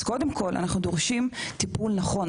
אז קודם כול, אנחנו דורשים טיפול נכון.